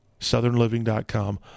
southernliving.com